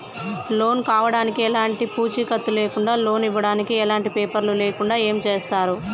Loan కావడానికి ఎలాంటి పూచీకత్తు లేకుండా లోన్ ఇవ్వడానికి ఎలాంటి పేపర్లు లేకుండా ఏం చేస్తారు?